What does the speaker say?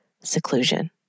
seclusion